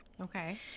Okay